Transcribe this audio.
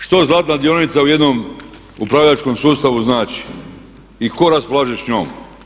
Što zlatna dionica u jednom upravljačkom sustavu znači i tko raspolaže s njom?